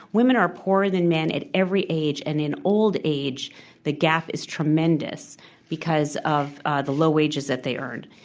women are poorer than men at every age, and in old age the gap is tremendous because of the low wages that they earn.